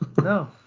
No